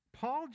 paul